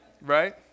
right